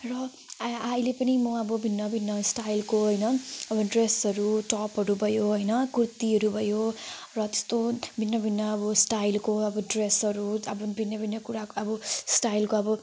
र आइ अहिले पनि म अब भिन्न भिन्न स्टाइलको होइन अब ड्रेसहरू टपहरू भयो होइन कुर्तीहरू भयो र त्यस्तो भिन्न भिन्न अब स्टाइलको अब ड्रेसहरू अब भिन्न भिन्न कुराको अब स्टाइलको अब